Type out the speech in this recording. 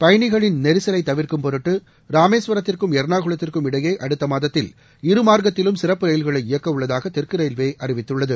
பயனிகளின் நெரிசலை தவிர்க்கும் பொருட்டு ராமேஸ்வரத்திற்கும் எர்ணாகுளத்திற்கும் இடையே அடுத்த மாதத்தில் இரு மார்க்கத்திலும் சிறப்பு ரயில்களை இயக்க உள்ளதாக தெற்கு ரயில்வே அறிவித்துள்ளது